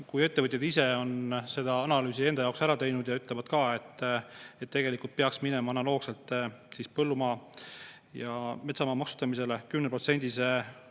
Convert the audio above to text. Kui ettevõtjad ise on selle analüüsi enda jaoks ära teinud ja ütlevad ka, et tegelikult peaks minema analoogselt põllumaa ja metsamaa maksustamisele